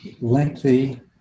lengthy